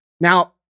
Now